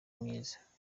myiza